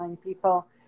people